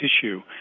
tissue